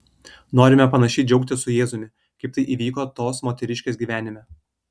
norime panašiai džiaugtis su jėzumi kaip tai įvyko tos moteriškės gyvenime